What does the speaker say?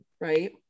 right